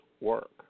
work